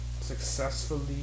successfully